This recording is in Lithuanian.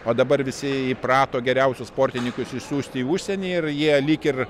o dabar visi įprato geriausius sportininkus išsiųsti į užsienį ir jie lyg ir